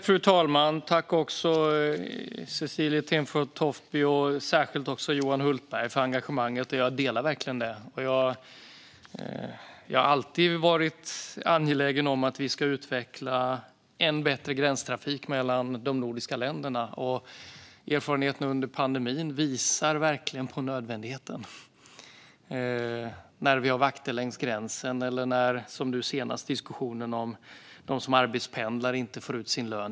Fru talman! Tack, Cecilie Tenfjord Toftby och särskilt Johan Hultberg, för engagemanget! Jag delar verkligen det. Jag har alltid varit angelägen om att vi ska utveckla en ännu bättre gränstrafik mellan de nordiska länderna. Erfarenheterna under pandemin visar på nödvändigheten av detta, när vi har vakter längs gränsen eller, som nu senast, när vi har en diskussion om att de som arbetspendlar inte får ut sin lön.